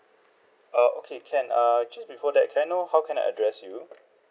err okay can err just before that can I know how can I address you